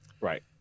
Right